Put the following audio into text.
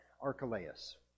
Archelaus